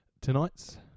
tonight's